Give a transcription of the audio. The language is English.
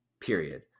Period